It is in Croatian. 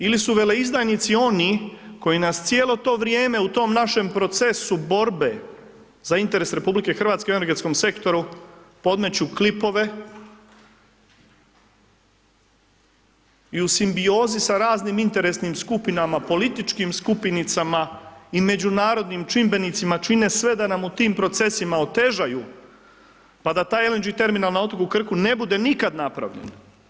Ili su veleizdajnici oni, koji nas cijelo to vrijeme, u tom našem procesu bore, za interes RH u energetskom sektoru podmeću klipove i u simbiozi sa raznim interesnim skupinama, političkim skupinama, i međunarodnim čimbenicima čine sve da nam u tim procesima otežaju, pa daj taj LNG terminal na otoku Krku ne bude nikada napravljen.